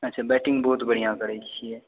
अच्छा बैटिंग बहुत बढ़िआँ करै छियै